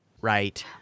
right